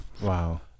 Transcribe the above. Wow